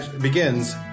begins